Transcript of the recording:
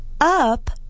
up